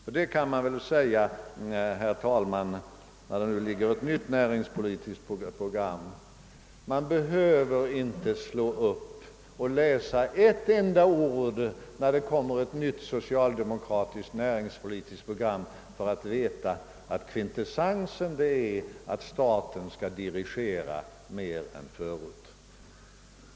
Och det kan man väl säga, herr talman, när det nu föreligger ett nytt näringspolitiskt program: Man behöver inte läsa ett enda ord i ett nytt socialdemokratiskt näringspolitiskt program för att veta att kvintessensen är att staten skall dirigera mer än förut.